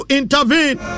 intervene